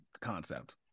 concept